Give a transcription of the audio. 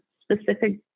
specific